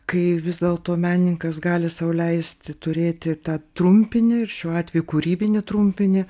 kai vis dėlto menininkas gali sau leisti turėti tą trumpinį ir šiuo atveju kūrybinį trumpinį